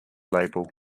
label